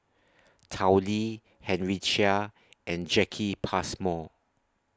Tao Li Henry Chia and Jacki Passmore